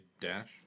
dash